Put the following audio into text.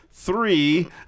Three